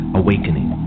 awakening